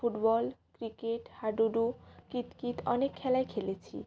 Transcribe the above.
football cricket হাডুডু কিতকিত অনেক খেলাই খেলেছি